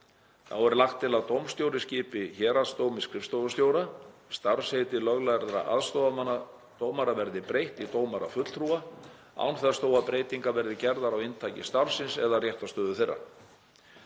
Þá er lagt til að dómstjóri skipi Héraðsdómi skrifstofustjóra og starfsheiti löglærðra aðstoðarmanna dómara verði breytt í dómarafulltrúa, án þess þó að breytingar verði gerðar á inntaki starfsins eða réttarstöðu þeirra.